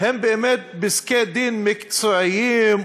הם באמת פסקי-דין מקצועיים,